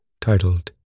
titled